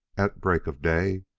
at break of day,